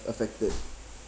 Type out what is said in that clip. affected